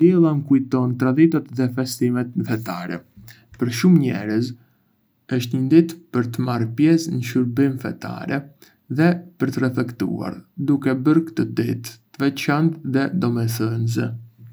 E diela më kujton traditat dhe festimet fetare. Për shumë njerëz, është një ditë për të marrë pjesë në shërbime fetare dhe për të reflektuar, duke e bërë këtë ditë të veçantë dhe domethënëse.